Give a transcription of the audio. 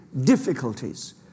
difficulties